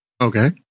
Okay